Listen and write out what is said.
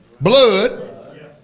blood